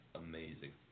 amazing